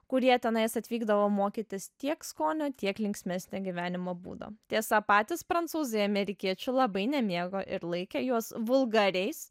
kurie tenais atvykdavo mokytis tiek skonio tiek linksmesnio gyvenimo būdo tiesa patys prancūzai amerikiečių labai nemėgo ir laikė juos vulgariais